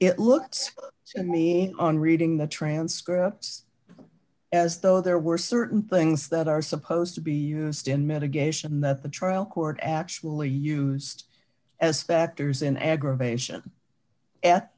it looked to me on reading the transcripts as though there were certain things that are supposed to be used in mitigation that the trial court actually used as spector's in aggravation at